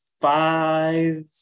five